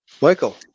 Michael